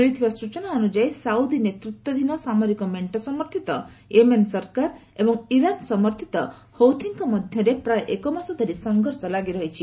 ମିଳିଥିବା ସୂଚନା ଅନୁଯାୟୀ ସାଉଦୀ ନେତୃତ୍ୱାଧୀନ ସାମରିକ ମେଣ୍ଟ ସମର୍ଥିତ ୟେମେନ୍ ସରକାର ଏବଂ ଇରାନ ସମର୍ଥିତ ହୌଥିସ୍ଙ୍କ ମଧ୍ୟରେ ପ୍ରାୟ ଏକମାସ ଧରି ସଂଘର୍ଷ ଲାଗିରହିଛି